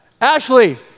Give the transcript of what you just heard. Ashley